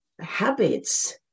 habits